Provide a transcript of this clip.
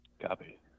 Copy